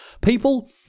People